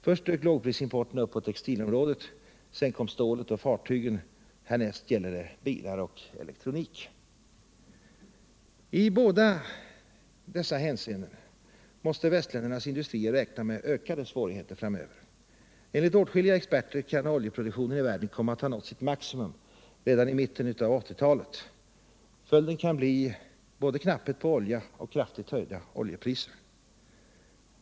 Först dök lågprisimporten upp på textilområdet, sedan kom stålet och fartygen. Härnäst gäller det bilar och elektronik. I båda dessa hänseenden måste västländernas industrier räkna med ökade svårigheter framöver. Enligt åtskilliga experter kan oljeproduktionen i världen komma att ha nått sitt maximum redan i mitten av 1980-talet. Följden kan bli både knapphet på olja och kraftigt höjda oljepriser.